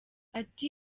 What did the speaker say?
ati